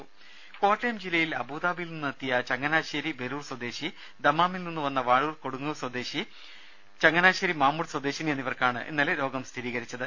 രുമ കോട്ടയം ജില്ലയിൽ അബുദാബിയിൽ നിന്ന് എത്തിയ ചങ്ങനാശേരി വെരൂർ സ്വദേശി ദമാമിൽ നിന്ന് വന്ന വാഴൂർ കൊടുങ്ങൂർ സ്വദേശി ചങ്ങനാശേരി മാമൂട് സ്വദേശിനി എന്നിവർക്കാണ് ഇന്നലെ രോഗം സ്ഥിരീകരിച്ചത്